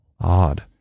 Odd